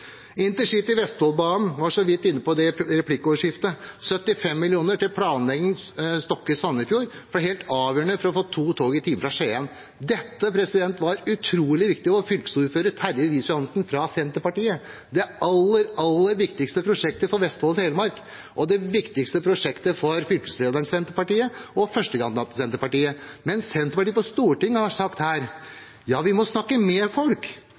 var jeg så vidt inne på i replikkordskiftet – har fått 75 mill. kr til planlegging Stokke–Sandefjord. Det er helt avgjørende for å få to tog i timen fra Skien. Dette var utrolig viktig, og fylkesordføreren i Vestfold og Telemark, Terje Riis Johansen fra Senterpartiet, har omtalt denne strekningen som den viktigste å komme videre med. Det er også det viktigste prosjektet for fylkeslederen i Senterpartiet og førstekandidaten til Senterpartiet. Men Senterpartiet her på Stortinget har sagt at vi må snakke